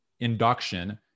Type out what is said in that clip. Induction